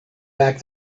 back